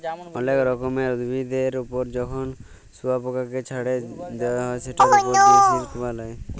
অলেক রকমের উভিদের ওপর যখন শুয়পকাকে চ্ছাড়ে দেওয়া হ্যয় সেটার ওপর সে সিল্ক বালায়